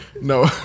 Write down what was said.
No